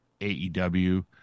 AEW